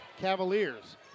Cavaliers